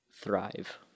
thrive